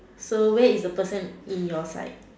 so where is the person in your side